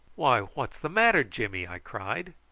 why, what's the matter, jimmy? i cried.